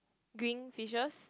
green fishes